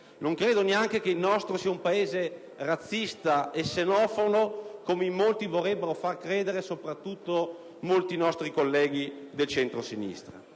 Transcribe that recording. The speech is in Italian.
non credo neanche che il nostro sia un Paese razzista e xenofobo, come in molti vorrebbero far credere, soprattutto tanti colleghi del centrosinistra.